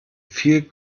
viel